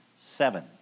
seven